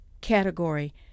category